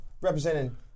representing